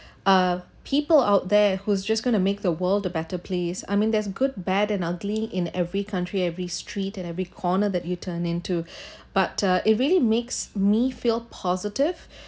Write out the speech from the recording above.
uh people out there who's just gonna make the world a better place I mean there's good bad and ugly in every country every street and every corner that you turn into but uh it really makes me feel positive